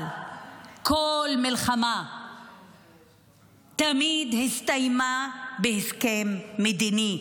אבל כל מלחמה תמיד הסתיימה בהסכם מדיני.